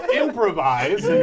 improvise